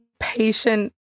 patient